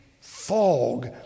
fog